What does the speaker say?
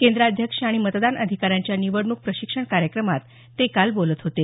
केंद्राध्यक्ष आणि मतदान अधिकाऱ्यांच्या निवडणूक प्रशिक्षण कार्यक्रमात ते काल बोलत होते